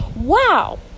Wow